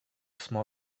small